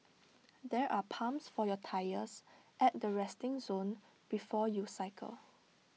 there are pumps for your tyres at the resting zone before you cycle